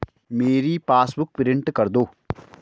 मेरी passbook print कर दो